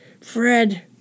Fred